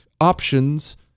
options